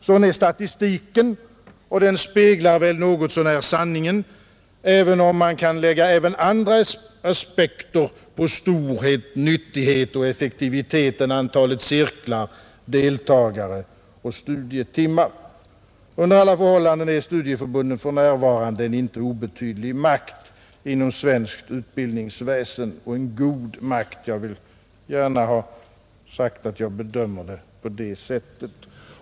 Sådan är statistiken, och den speglar väl något så när sanningen, även om man kan lägga också andra aspekter på storhet, nyttighet och effektivitet än antalet cirklar, deltagare och studietimmar. Under alla förhållanden är studieförbunden för närvarande en inte obetydlig makt inom svenskt utbildningsväsen och en god makt. Jag vill gärna ha sagt att jag bedömer det på det sättet.